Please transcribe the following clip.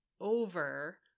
over